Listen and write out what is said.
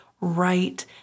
right